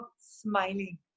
smiling